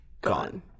gone